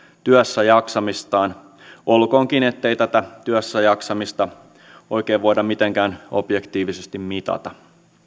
työssäjaksamistaan olkoonkin ettei tätä työssäjaksamista oikein voida mitenkään objektiivisesti mitata